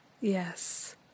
yes